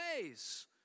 ways